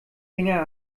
finger